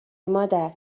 مادر